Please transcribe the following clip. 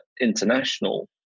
international